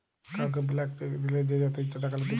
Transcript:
কাউকে blank cheque দিলে সে যত ইচ্ছা টাকা লিতে পারে